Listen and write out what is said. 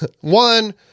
One